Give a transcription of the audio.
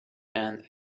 and